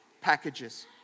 packages